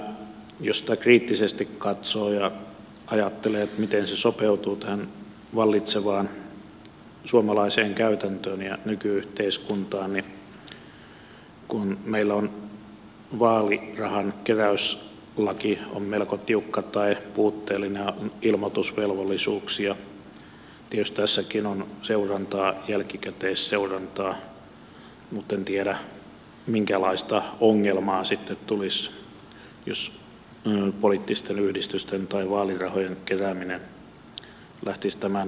tietysti jos sitä kriittisesti katsoo ja ajattelee miten se sopeutuu tähän vallitsevaan suomalaiseen käytäntöön ja nyky yhteiskuntaan niin kun meillä on vaalirahan keräyslaki melko tiukka tai puutteellinen on ilmoitusvelvollisuuksia ja tietysti tässäkin on seurantaa jälkikäteisseurantaa niin en tiedä minkälaista ongelmaa sitten tulisi jos poliittisten yhdistysten tai vaalirahojen kerääminen lähtisi tämän lain pohjalta